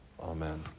Amen